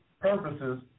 purposes